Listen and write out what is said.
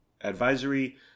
advisory